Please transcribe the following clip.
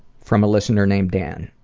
from a listener named dan.